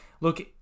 look